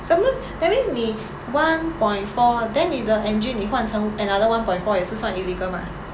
so~ that means 你 one point four then 你的 engine 你换成 another one point four 也是算 illegal mah